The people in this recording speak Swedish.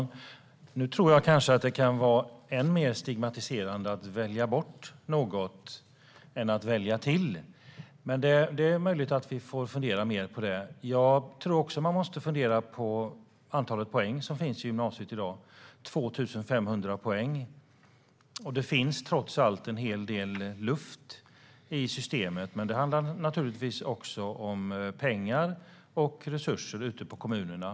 Fru talman! Det kan nog vara än mer stigmatiserande att välja bort något än att välja till något. Men det är möjligt att vi får fundera mer på det. Jag tror att man också måste fundera på antalet poäng i gymnasiet i dag - 2 500 poäng. Det finns trots allt en hel del luft i systemet. Men det handlar naturligtvis också om pengar och resurser ute i kommunerna.